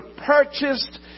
purchased